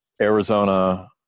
Arizona